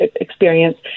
experience